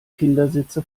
kindersitze